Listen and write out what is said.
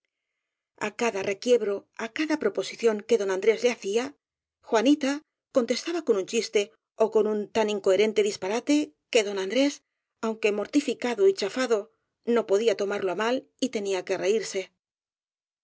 tirante a cada requiebro á cada proposición que don andrés le hacía juanita contestaba con un chiste ó con un tan incoherente disparate que don andrés aunque mortificado y chafado no podía tomarlo á mal y tenía que reirse